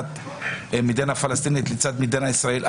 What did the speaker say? מדינה פלסטינית לצד מדינת ישראל,